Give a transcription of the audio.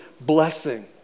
blessing